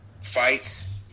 fights